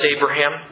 Abraham